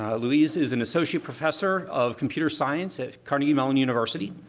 luis is an associate professor of computer science at carnegie mellon university,